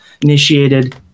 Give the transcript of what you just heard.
initiated